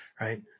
right